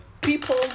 People